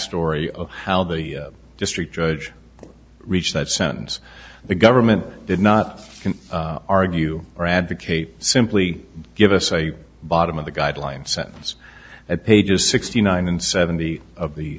story of how the district judge reached that sentence the government did not argue or advocate simply give us a bottom of the guideline sentence at pages sixty nine and seventy of the